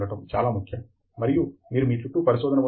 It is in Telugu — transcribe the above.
కాబట్టి మనకు పరిశ్రమ ద్వారా నడిచే సైన్స్ మరియు పరిశోధనలు ఉన్నాయి